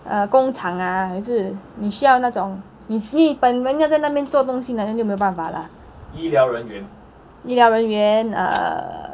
uh 工厂啊还是你需要那种你你本人要在那边做东西那那就没有办法啦医疗人员 uh